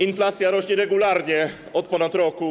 Inflacja rośnie regularnie od ponad roku.